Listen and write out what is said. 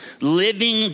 Living